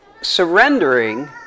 surrendering